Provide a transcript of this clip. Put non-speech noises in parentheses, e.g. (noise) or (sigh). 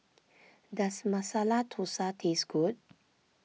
(noise) does Masala Thosai taste good